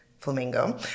flamingo